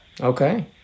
Okay